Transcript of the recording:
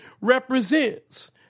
represents